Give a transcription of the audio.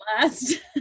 last